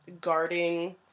guarding